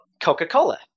Coca-Cola